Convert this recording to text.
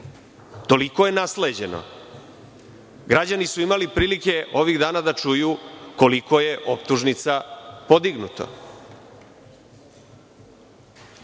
Toliko je nasleđeno. Građani su imali prilike ovih dana da čuju koliko je optužnica podignuto.